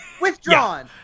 Withdrawn